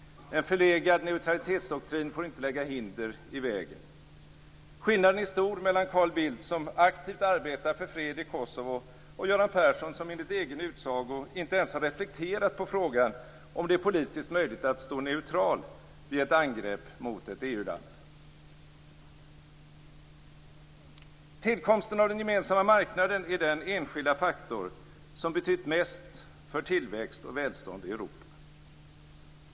En förlegad neutralitetsdoktrin får inte lägga hinder i vägen. Skillnaden är stor mellan Carl Bildt, som aktivt arbetar för fred i Kosovo, och Göran Persson, som enligt egen utsago inte ens har reflekterat på frågan om det är politiskt möjligt att stå neutral vid ett angrepp mot ett EU-land. Tillkomsten av den gemensamma marknaden är den enskilda faktor som betytt mest för tillväxt och välstånd i Europa.